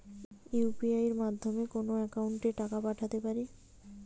UPI মাধ্যমে যেকোনো একাউন্টে টাকা পাঠাতে পারি?